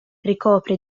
ricopre